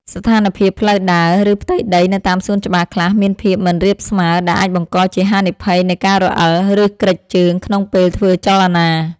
ស្ថានភាពផ្លូវដើរ ឬផ្ទៃដីនៅតាមសួនច្បារខ្លះមានភាពមិនរាបស្មើ ដែលអាចបង្កជាហានិភ័យនៃការរអិល ឬគ្រេចជើងក្នុងពេលធ្វើចលនា។